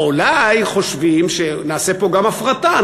או אולי חושבים שנעשה גם פה הפרטה,